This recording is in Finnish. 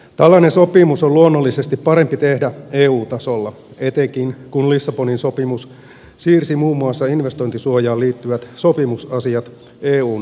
tällainen sopimus on luonnollisesti parempi tehdä eu tasolla etenkin kun lissabonin sopimus siirsi muun muassa investointisuojaan liittyvät sopimusasiat eun toimivaltaan